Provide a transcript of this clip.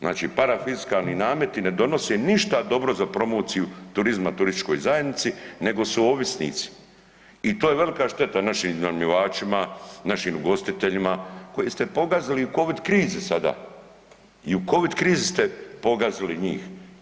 Znači parafiskalni nameti ne donose ništa dobro za promociju turizma turističkoj zajednici nego su ovisnici i to je velika šteta našim iznajmljivačima, našim ugostiteljima koje ste pogazili u covid krizi sada i u covid krizi ste pogazili njih.